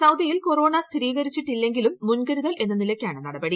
സൌദിയിൽ കൊറോണ സ്ഥിരീകരിച്ചിട്ടില്ലെങ്കിലും മുൻകരുതൽ എന്ന നിലക്കാണ് നടപടി